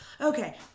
Okay